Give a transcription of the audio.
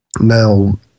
Now